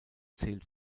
zählt